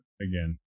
again